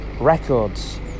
records